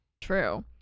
True